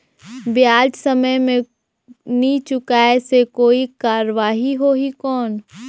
ब्याज समय मे नी चुकाय से कोई कार्रवाही होही कौन?